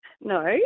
No